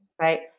right